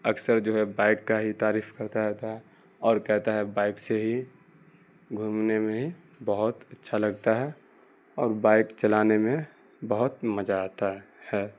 اکثر جو ہے بائک کا ہی تعریف کرتا رہتا ہے اور کہتا ہے بائک سے ہی گھومنے میں ہی بہت اچھا لگتا ہے اور بائک چلانے میں بہت مزہ آتا ہے